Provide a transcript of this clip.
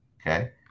okay